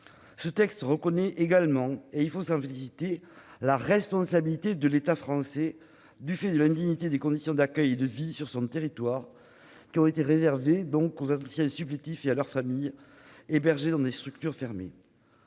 Ce texte reconnaît également- il faut nous en féliciter ! -la responsabilité de l'État français dans l'indignité des conditions d'accueil et de vie sur son territoire réservées aux anciens supplétifs et à leurs familles, hébergées dans des structures fermées.